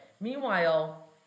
Meanwhile